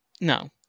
No